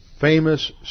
famous